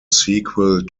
sequel